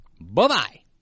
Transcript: Bye-bye